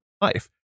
life